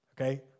Okay